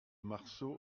marceau